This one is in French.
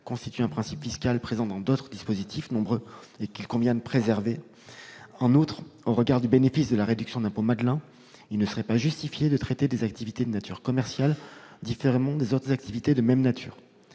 constitue un principe fiscal présent dans de nombreux autres dispositifs et qu'il convient de préserver. En outre, au regard du bénéfice de la réduction d'impôt « Madelin », il ne serait pas justifié de traiter des activités de nature commerciale différemment des autres activités de même nature.